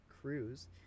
cruise